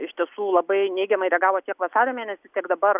iš tiesų labai neigiamai reagavo tiek vasario mėnesį tiek dabar